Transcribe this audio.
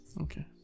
Okay